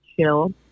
chill